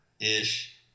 Ish